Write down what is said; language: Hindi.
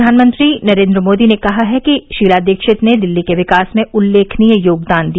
प्रधानमंत्री नरेन्द्र मोदी ने कहा है कि शीला दीक्षित ने दिल्ली के विकास में उल्लेखनीय योगदान दिया